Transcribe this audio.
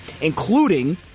including